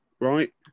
right